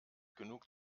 genug